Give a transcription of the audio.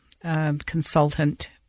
Consultant